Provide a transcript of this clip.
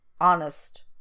honest